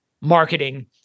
marketing